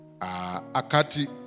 Akati